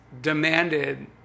demanded